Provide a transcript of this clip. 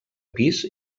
pis